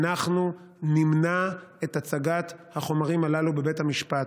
אנחנו נמנע את הצגת החומרים הללו בבית המשפט.